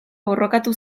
borrokatu